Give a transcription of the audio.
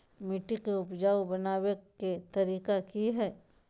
मिट्टी के उपजाऊ बनबे के तरिका की हेय?